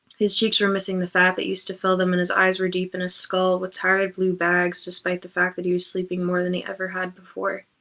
his cheeks were missing the fat that used to fill them, and his eyes were deep in his skull, with tired blue bags despite the fact that he was sleeping more than he ever had before.